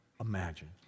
imagine